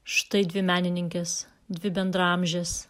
štai dvi menininkės dvi bendraamžės